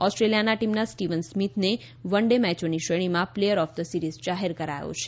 Australia ટીમના Steven સ્મિથને one day મેચોની શ્રેણીમાં પ્લેયર ઓફ ધ સીરીઝ જાહેર કરાયો હતો